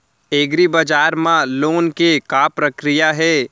एग्रीबजार मा लोन के का प्रक्रिया हे?